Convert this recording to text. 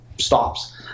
stops